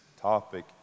topic